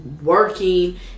working